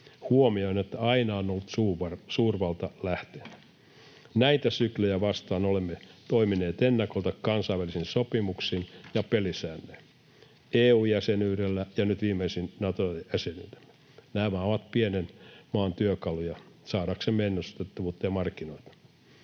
Huomioin, että aina on ollut suurvalta lähteenä. Näitä syklejä vastaan olemme toimineet ennakolta kansainvälisin sopimuksin ja pelisäännöin, EU-jäsenyydellä ja nyt viimeisimpänä Nato-jäsenenä. Nämä ovat pienen maan työkaluja saadaksemme ennustettavuutta ja markkinoita.